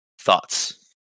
Thoughts